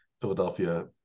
Philadelphia